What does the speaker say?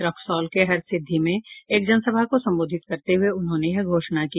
रक्सौल के हरसिद्वी में एक जनसभा को संबोधित करते हुये उन्होंने यह घोषणा की